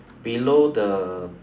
below the